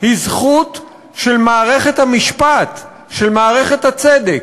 היא זכות של מערכת המשפט, של מערכת הצדק.